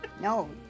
No